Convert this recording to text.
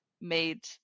made